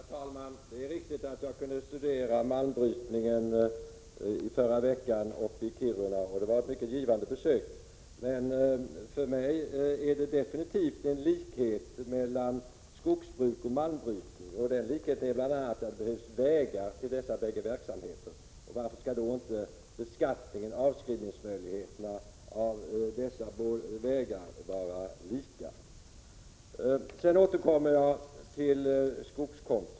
Herr talman! Det är riktigt att jag förra veckan kunde studera malmbrytningen uppe i Kiruna. Det var ett mycket givande besök. Men för mig är det definitivt en likhet mellan skogsbruk och malmbrytning, och den likheten är bl.a. att det behövs vägar till båda dessa verksamheter. Varför skall då inte beskattningen och avskrivningsmöjligheterna för dessa vägar vara lika? Jag återkommer till skogskontot.